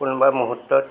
কোনোবা মুহূর্তত